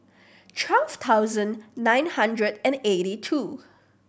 thousand nine hundred and eighty two